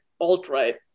alt-right